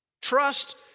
trust